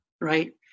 right